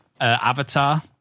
Avatar